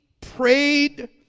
prayed